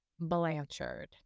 Blanchard